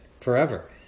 forever